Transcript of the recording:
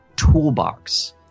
toolbox